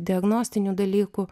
diagnostinių dalykų